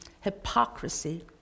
hypocrisy